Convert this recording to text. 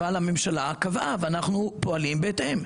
אבל הממשלה קבלה ואנחנו פועלים בהתאם.